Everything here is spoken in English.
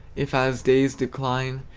if as days decline,